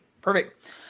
Perfect